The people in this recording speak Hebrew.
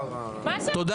תודה.